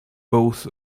both